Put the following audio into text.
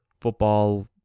football